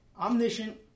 Omniscient